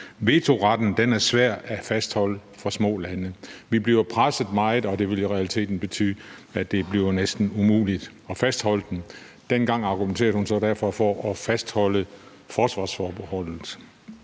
Vetoretten er svært at fastholde for små lande, for de bliver presset meget, og det vil i realiteten betyde, at det næsten bliver umuligt at fastholde vetoretten, sagde hun. Dengang argumenterede Trine Bramsen derfor for at fastholde forsvarsforbeholdet.